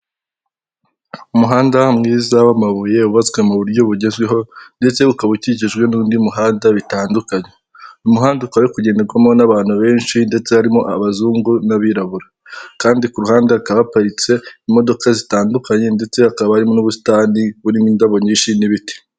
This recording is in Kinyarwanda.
Umuhanda mwiza w'amabuye wubatswe mu buryo bugezweho ndetse ukaba ukikijwe n'undi muhanda bitandukanye. Umuhanda ukaba uri kugenderwamo n'abantu benshi ndetse harimo abazungu n'abirabura. Kandi kuruhande hakaba haparitse imodoka zitandukanye ndetse hakaba hari n'ubusitani burimo indabo nyinshi n'ibiti.